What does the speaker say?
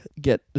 get